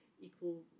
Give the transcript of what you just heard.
equal